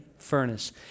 Furnace